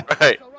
Right